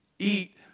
Eat